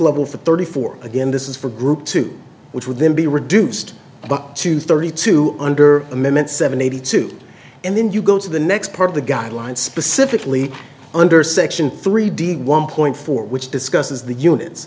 level for thirty four again this is for group to which would then be reduced to thirty two under amendment seven eighty two and then you go to the next part of the guidelines specifically under section three d one point four which discusses the uni